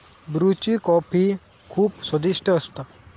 ब्रुची कॉफी खुप स्वादिष्ट असता